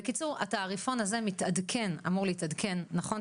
בקיצור, התעריפון הזה מתעדכן, אמור להתעדכן, נכון?